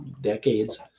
decades